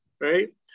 right